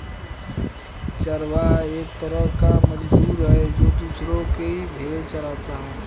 चरवाहा एक तरह का मजदूर है, जो दूसरो की भेंड़ चराता है